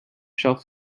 shelf